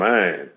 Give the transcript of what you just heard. Man